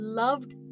loved